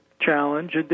challenge